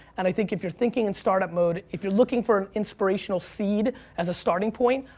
and i think if you're thinking in start-up mode, if you're looking for an inspirational seed as a starting point,